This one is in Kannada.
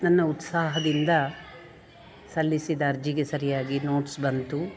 ನನ್ನ ಉತ್ಸಾಹದಿಂದ ಸಲ್ಲಿಸಿದ ಅರ್ಜಿಗೆ ಸರಿಯಾಗಿ ನೋಟ್ಸ್ ಬಂತು